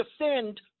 defend